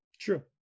true